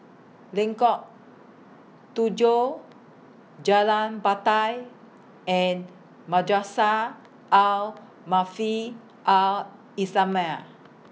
Lengkok Tujoh Jalan Batai and Madrasah Al Maarif Al Islamiah